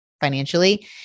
financially